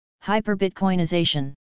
hyper-Bitcoinization